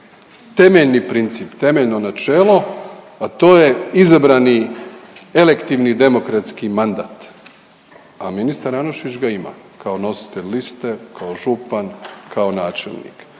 temeljni princip, temeljno načelo, a to je izabrani elektivni demokratski mandat, a ministar Anušić ga ima kao nositelj liste, kao župan, kao načelnik.